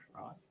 right